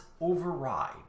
override